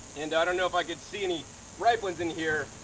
and i don't know if i can see any ripe ones in here,